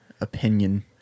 opinion